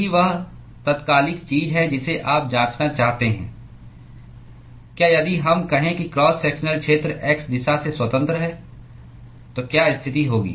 यही वह तात्कालिक चीज है जिसे आप जांचना चाहते हैं क्या यदि हम कहें कि क्रॉस सेक्शनल क्षेत्र x दिशा से स्वतंत्र है तो क्या स्थिति होगी